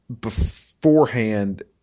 beforehand